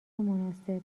مناسب